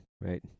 right